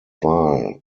wahl